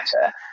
better